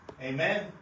Amen